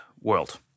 world